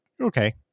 okay